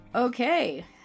Okay